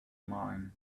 mine